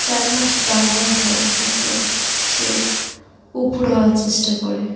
চার মাস পার হওয়ার সাথে সাথে সে উপুড় হওয়ার চেষ্টা করে